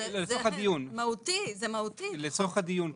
לצורך הדיון.